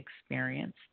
experience